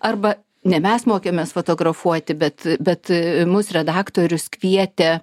arba ne mes mokėmės fotografuoti bet bet mus redaktorius kvietė